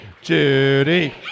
Judy